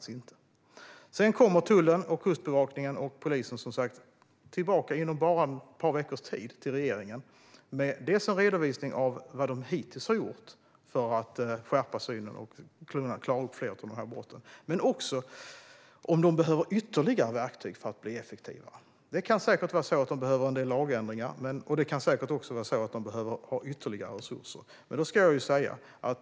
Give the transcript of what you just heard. Inom bara ett par veckors tid kommer som sagt tullen, Kustbevakningen och polisen tillbaka till regeringen med redovisning av vad de hittills har gjort för att skärpa synen och kunna klara upp fler av de här brotten samt av sina behov av ytterligare verktyg för att bli effektivare. Det kan säkert vara så att de behöver en del lagändringar, och det kan säkert också vara så att de behöver ytterligare resurser.